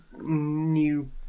new